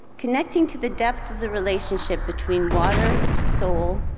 connecting to the depth of the relationship between water, soul,